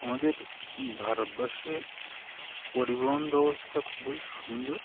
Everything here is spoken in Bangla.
আমাদের ভারতবর্ষে পরিবহন ব্যবস্থা খুবই সুন্দর